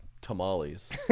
tamales